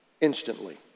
Instantly